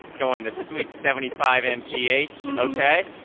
going a sweet seventy five mph and ok.